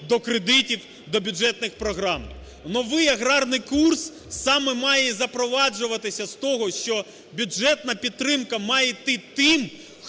до кредитів, до бюджетних програм. Новий аграрний курс саме має запроваджуватися з того, що бюджетна підтримка має йти тим,